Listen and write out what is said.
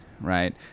right